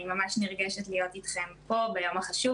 אני ממש נרגשת להיות אתכם פה ביום החשוב